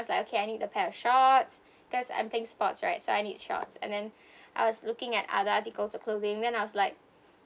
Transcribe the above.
was like okay I need a pair of shorts because I'm playing sports right so I need shorts and then I was looking at other articles of clothing then I was like